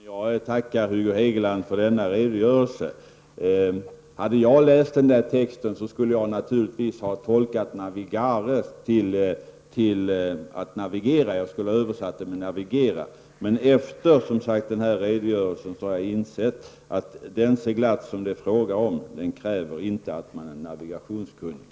Herr talman! Jag tackar Hugo Hegeland för denna redogörelse. Hade jag läst den här texten skulle jag naturligtvis ha översatt navigare till att navi gera. Men efter denna redogörelse har jag insett att den seglats som det här fråga om inte kräver att man är navigationskunnig.